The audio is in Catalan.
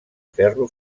ferro